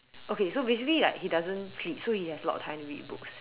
okay so basically like he doesn't sleep so he has a lot of time to read books